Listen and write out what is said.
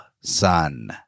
son